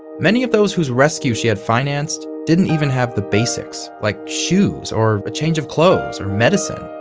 many of those whose rescue she had financed, didn't even have the basics. like shoes or a change of clothes, or medicine.